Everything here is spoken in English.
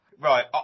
Right